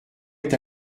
est